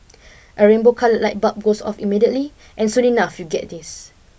a rainbow coloured light bulb goes off immediately and soon enough you get this